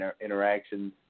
interactions